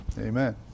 amen